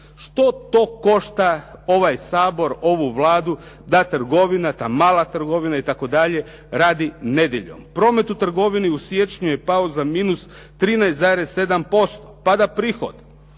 Što to košta ovaj Sabor, ovu Vladu da trgovina, ta mala trgovina itd., radi nedjeljom? Promet u trgovini u siječnju je pao za minus 13,7%, pada prihod